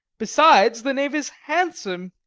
besides, the knave is handsome,